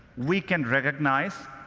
we can recognize,